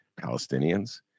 Palestinians